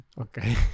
Okay